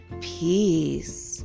Peace